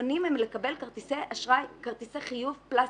המסופונים הם לקבל כרטיסי חיוב פלסטיקטים,